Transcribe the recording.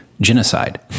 genocide